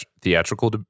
theatrical